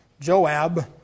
Joab